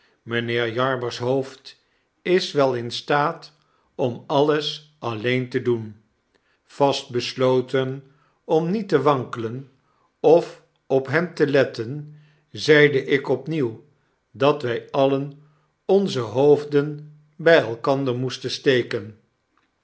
mynheer jarber's hoofd is wel in staat om alles alleen te doen vast besloten om niet te wankelenofophem te letten zeide ik opnieuw dat wy alien onze hoofden by elkander moesten steken